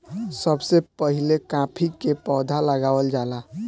सबसे पहिले काफी के पौधा लगावल जाला